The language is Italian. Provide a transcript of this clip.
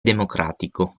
democratico